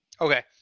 Okay